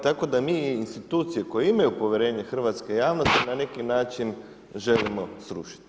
Tako da mi institucije koje imaju povjerenje hrvatske javnosti, na neki način želimo srušiti.